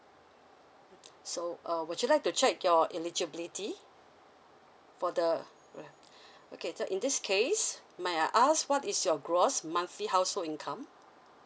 so um would you like to check your eligibility for the uh okay so in this case may I ask what is your gross monthly household income